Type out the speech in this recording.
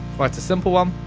but simple one.